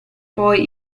poi